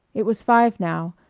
it was five now,